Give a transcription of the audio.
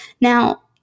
Now